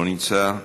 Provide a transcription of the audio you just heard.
לא נמצא,